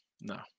no